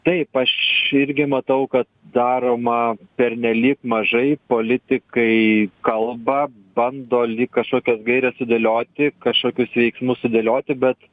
taip aš irgi matau kad daroma pernelyg mažai politikai kalba bando lyg kažkokias gairės sudėlioti kažkokius veiksmus sudėlioti bet